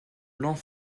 blancs